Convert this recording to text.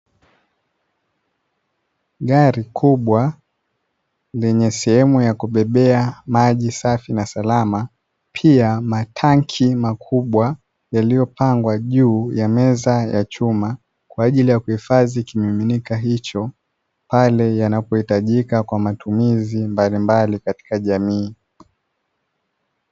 Gari kubwa lenye sehemu ya kubebea maji safi na salama, pia matanki makubwa yaliyopangwa juu ya meza ya chuma kwa ajili ya kuhifadhi kimiminika hicho pale yanapohitajika kwa matumizi mbalimbali katika jamii.